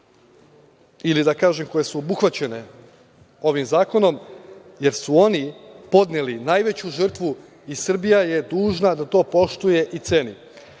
ili da kažem koje su obuhvaćene ovim zakonom, jer su oni podneli najveću žrtvu i Srbija je dužna da to poštuje i